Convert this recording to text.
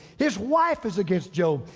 his wife is against job.